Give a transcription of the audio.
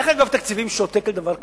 איך אגף התקציבים שותק על דבר כזה?